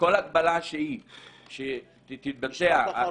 כל הגבלה שהיא שתתבצע על